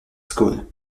school